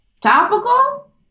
topical